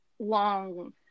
long